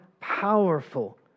powerful